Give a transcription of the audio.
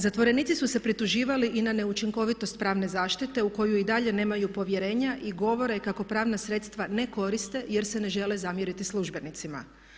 Zatvorenici su se prituživali i na neučinkovitost pravne zaštite u koju i dalje nemaju povjerenja i govore kako pravna sredstva ne koriste, jer se ne žele zamjeriti službenicima.